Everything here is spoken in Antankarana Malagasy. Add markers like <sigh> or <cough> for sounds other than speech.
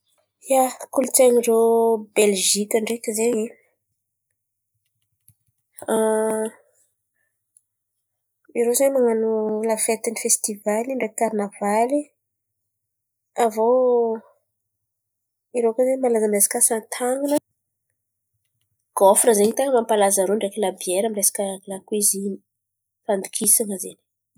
Ia, kolontsain̈y ndrô Beliziky ndraiky zen̈y. <hesitation> Irô zen̈y mananbo lafety ny festivaly ndreky karinavaly. Avô irô zen̈y malaza resaka asa tan̈ana, gôfola zen̈y ten̈a mampalaza irô ndreky labiera resaka lakoziny fandokisana zen̈y.